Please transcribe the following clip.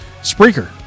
Spreaker